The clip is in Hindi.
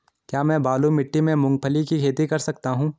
क्या मैं बालू मिट्टी में मूंगफली की खेती कर सकता हूँ?